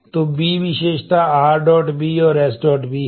तो बी विशेषता rB और sB है